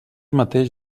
mateix